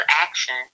action